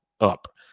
up